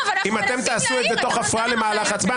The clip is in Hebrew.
אם אתם תעשו את זה תוך הפרעה למהלך ההצבעה,